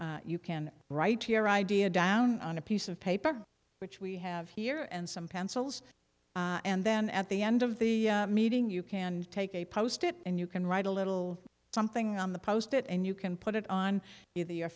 you can write your idea down on a piece of paper which we have here and some pencils and then at the end of the meeting you can take a post it and you can write a little something on the post it and you can put it on the your